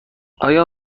آیا